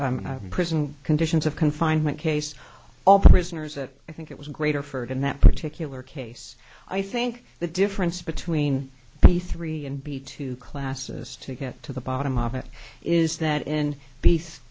in prison conditions of confinement case all prisoners that i think it was greater for in that particular case i think the difference between the three and b two classes to get to the bottom of it is that in be